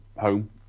home